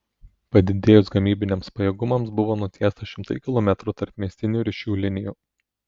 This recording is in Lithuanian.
padidėjus gamybiniams pajėgumams buvo nutiesta šimtai kilometrų tarpmiestinių ryšių linijų